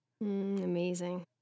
Amazing